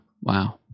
Wow